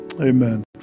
amen